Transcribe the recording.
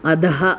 अधः